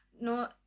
No